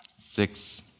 six